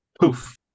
poof